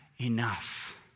enough